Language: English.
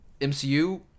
MCU